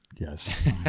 Yes